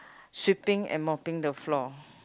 sweeping and mopping the floor